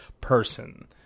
person